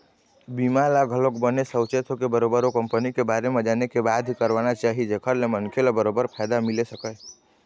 बीमा ल घलोक बने साउचेत होके बरोबर ओ कंपनी के बारे म जाने के बाद ही करवाना चाही जेखर ले मनखे ल बरोबर फायदा मिले सकय